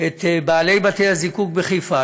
את בעלי בתי הזיקוק בחיפה,